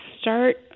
start